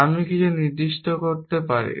আমি কিছু নির্দিষ্ট করতে পারি